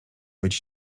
być